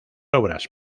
obras